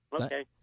Okay